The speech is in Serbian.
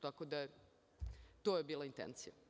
Tako da je to bila intencija.